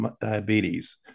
diabetes